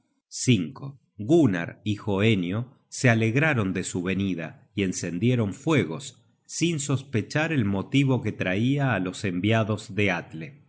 hermanos gunnar y hoenio se alegraron de su venida y encendieron fuegos sin sospechar el motivo que traia á los enviados de atle